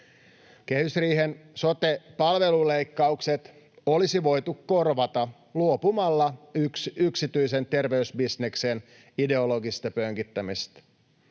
Kehysriihen sote-palveluleikkaukset olisi voitu korvata luopumalla yksityisen terveysbisneksen ideologisesta pönkittämisestä.